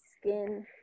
skin